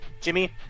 Jimmy